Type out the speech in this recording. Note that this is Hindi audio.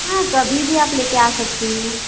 हाँ कभी भी आप ले कर आ सकती हैं